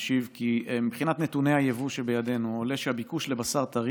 אשיב כי מבחינת נתוני היבוא שבידינו עולה שהביקוש לבשר טרי